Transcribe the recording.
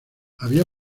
había